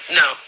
no